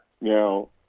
now